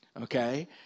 okay